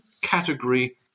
category